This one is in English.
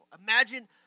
Imagine